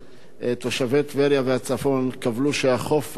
תושבי טבריה והצפון קבלו שהחוף הנפרד,